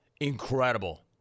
Incredible